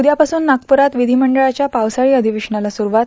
उद्यापासून नागपुरात विषीमंडळाच्या पावसाळी अधिवेशनाला सुरूवात